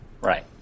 Right